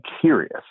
curious